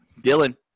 Dylan